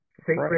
sacred